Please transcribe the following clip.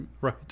Right